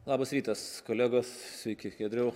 labas rytas kolegos sveiki giedriau